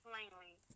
Plainly